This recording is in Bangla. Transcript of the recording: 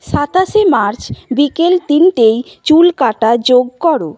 সাতাশে মার্চ বিকেল তিনটেয় চুল কাটা যোগ করো